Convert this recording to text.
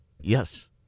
Yes